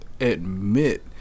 admit